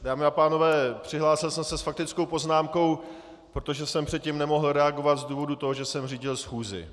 Dámy a pánové, přihlásil jsem se s faktickou poznámkou, protože jsem předtím nemohl reagovat z důvodu toho, že jsem řídil schůzi.